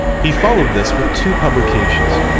he followed this with two publications,